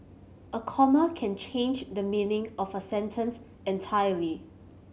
a comma can change the meaning of a sentence entirely